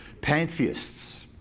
pantheists